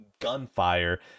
gunfire